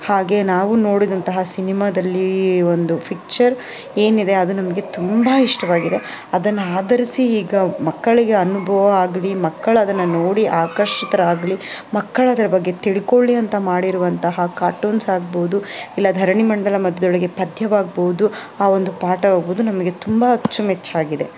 ಹಾಗೆ ನಾವು ನೋಡಿದಂತಹ ಸಿನಿಮಾದಲ್ಲಿ ಒಂದು ಫಿಕ್ಚರ್ ಏನಿದೆ ಅದು ನಮಗೆ ತುಂಬ ಇಷ್ಟವಾಗಿದೆ ಅದನ್ನ ಆಧರಿಸಿ ಈಗ ಮಕ್ಕಳಿಗೆ ಅನುಭವ ಆಗಲಿ ಮಕ್ಕಳು ಅದನ್ನು ನೋಡಿ ಆಕರ್ಷಿತರಾಗಲಿ ಮಕ್ಕಳು ಅದ್ರ ಬಗ್ಗೆ ತಿಳ್ಕೊಳ್ಳಿ ಅಂತ ಮಾಡಿರುವಂತಹ ಕಾರ್ಟುನ್ಸ್ ಆಗ್ಬೋದು ಇಲ್ಲ ಧರಣಿ ಮಂಡಲ ಮಧ್ಯದೊಳಗೆ ಪದ್ಯವಾಗ್ಬೋದು ಆ ಒಂದು ಪಾಠ ಆಗ್ಬೋದು ನಮಗೆ ತುಂಬ ಅಚ್ಚುಮೆಚ್ಚಾಗಿದೆ